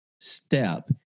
step